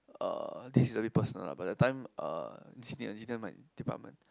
uh this is a bit personal ah but that time uh the Gina my department